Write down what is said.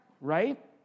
Right